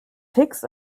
fix